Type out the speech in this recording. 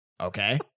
Okay